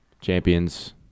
champions